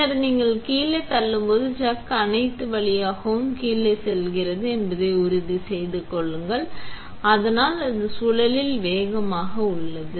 பின்னர் நீங்கள் கீழே தள்ளும் போது சக் அனைத்து வழி கீழே செல்கிறது என்பதை உறுதி செய்து கொள்ளுங்கள் அதனால் அது சுழலில் வேகமாக உள்ளது